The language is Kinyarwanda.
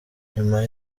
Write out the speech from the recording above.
nyuma